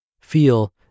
feel